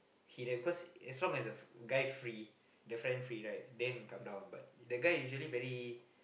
he like because as long as the guy free the friend free right then come down but the guy usually very